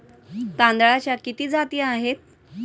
तांदळाच्या किती जाती आहेत?